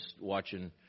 watching